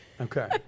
Okay